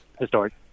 historic